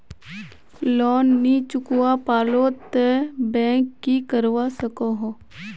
Loan नी चुकवा पालो ते बैंक की करवा सकोहो?